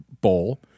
bowl